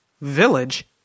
Village